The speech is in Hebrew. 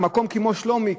מקום כמו שלומי,